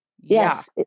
Yes